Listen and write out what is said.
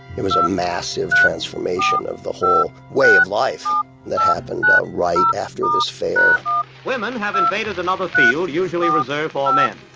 it was a massive transformation of the whole way of life that happened right after this fair women have invaded another field, usually reserved for men.